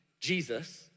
Jesus